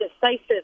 decisive